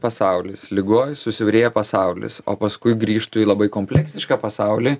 pasaulis ligoj susiaurėja pasaulis o paskui grįžtu į labai kompleksišką pasaulį